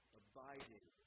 abiding